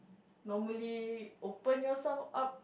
normally open yourself up